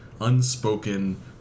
unspoken